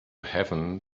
heaven